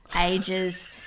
ages